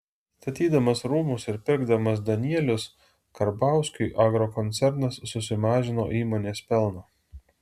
statydamas rūmus ir pirkdamas danielius karbauskiui agrokoncernas susimažino įmonės pelną